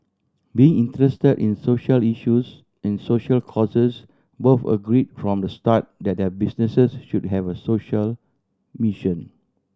being interested in social issues in soucial causes both agreed from the start that their business should have a social mission